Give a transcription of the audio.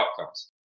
outcomes